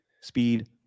speed